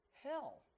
hell